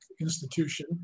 institution